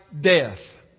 death